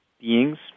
beings